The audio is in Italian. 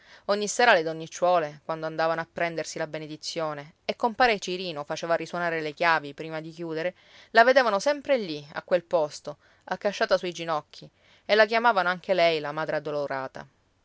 ogni sera le donnicciuole quando andavano a prendersi la benedizione e compare cirino faceva risuonare le chiavi prima di chiudere la vedevano sempre lì a quel posto accasciata sui ginocchi e la chiamavano anche lei la madre addolorata